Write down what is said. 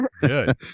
Good